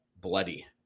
bloody